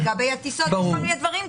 לגבי הטיסות וכל מיני דברים כאלה.